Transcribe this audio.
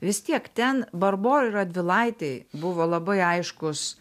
vis tiek ten barboroj radvilaitėj buvo labai aiškus